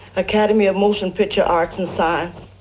academy of motion picture arts and science,